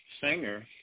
singer